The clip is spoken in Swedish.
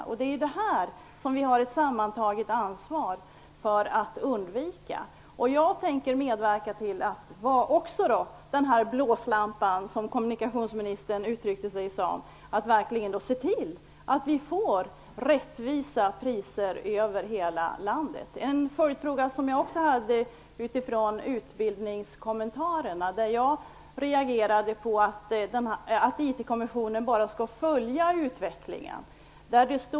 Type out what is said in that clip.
Vi har ett ansvar för att undvika det. Jag tänker också vara med när det gäller att agera blåslampa, som kommunikationsministern uttryckte det, för att se till att vi får rättvisa priser över hela landet. Jag har också en fråga som gäller kommunikationsministerns kommentar när det gäller utbildningsfrågorna. Jag reagerade mot att IT-kommissionen bara skall följa utvecklingen.